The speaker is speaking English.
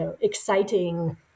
exciting